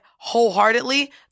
wholeheartedly